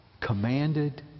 commanded